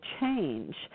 change